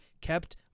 kept